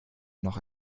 noch